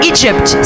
Egypt